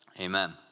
Amen